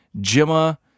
Gemma